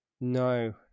No